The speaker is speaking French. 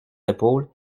épaules